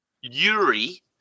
Yuri